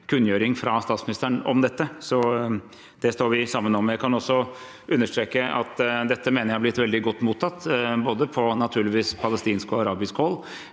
kunngjøring fra statsministeren om dette. Så det står vi sammen om. Jeg kan også understreke at jeg mener dette er blitt veldig godt mottatt, naturligvis fra både palestinsk og arabisk hold